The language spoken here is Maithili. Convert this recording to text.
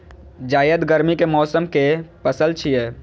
जायद गर्मी के मौसम के पसल छियै